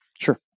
Sure